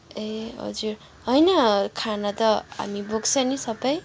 ए हजुर होइन खाना त हामी बोक्छ नि सबै